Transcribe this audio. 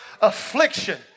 affliction